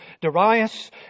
Darius